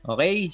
Okay